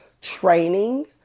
training